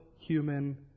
human